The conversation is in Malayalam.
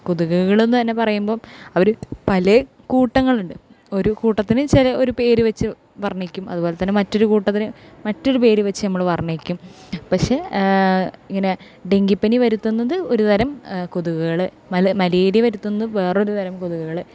കൊതുകൾ എന്ന് തന്നെ പറയുമ്പോൾ അവർ പല കൂട്ടങ്ങളുണ്ട് ഒരു കൂട്ടത്തിന് ഒരു പേര് വച്ച് വർണ്ണിക്കും അതുപോലെ തന്നെ മറ്റൊരു കൂട്ടത്തിന് മറ്റൊരു പേര് വച്ച് നമ്മൾ വർണ്ണിക്കും പക്ഷെ ഇങ്ങനെ ഡെങ്കിപ്പനി പരത്തുന്നത് ഒരു തരം കൊതുകുകൾ മലേറിയ പരത്തുന്നത് വേറെ ഒരു തരം കൊതുകുകൾ